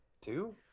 two